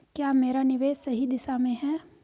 क्या मेरा निवेश सही दिशा में है?